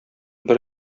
бер